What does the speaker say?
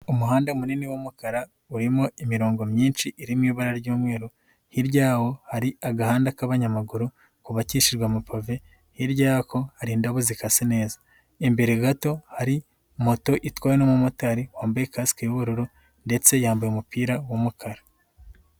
Umuhanda munini w'umukara, urimo imirongo myinshi iri mu ibara ry'umweru, hirya yawo hari agahanda k'abanyamaguru kubabakishijwe amapave, hirya yako hari indabo zi kase neza, imbere gato hari moto itwawe n'umumotari wambaye kasike y'ubururu ndetse yambaye umupira w'umukara.